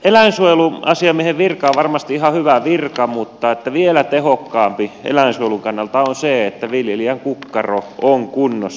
eläinsuojeluasiamiehen virka on varmasti ihan hyvä virka mutta vielä tehokkaampi eläinsuojelun kannalta on se että viljelijän kukkaro on kunnossa